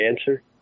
answer